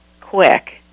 quick